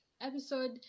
episode